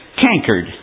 cankered